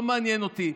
לא מעניין אותי,